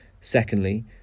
Secondly